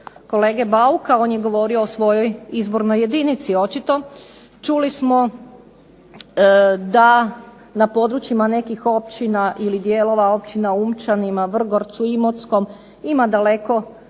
kolege Bauka, on je govorio o svojoj izbornoj jedinici očito. Čuli smo da na područjima nekih općina ili dijelova općina Unčani, Vrgorcu, Imotskom ima daleko